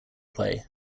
play